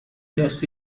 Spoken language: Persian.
دست